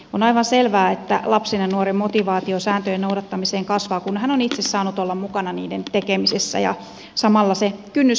on aivan selvää että lapsen ja nuoren motivaatio sääntöjen noudattamiseen kasvaa kun hän on itse saanut olla mukana niiden tekemisessä ja samalla se kynnys häiriökäyttäytymiseenkin kasvaa